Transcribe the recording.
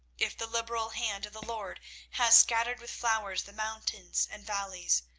if the liberal hand of the lord has scattered with flowers the mountains and valleys,